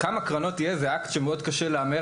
כמה קרנות יהיו זה אקט שמאוד קשה להמר